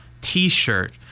t-shirt